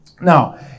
Now